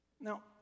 Now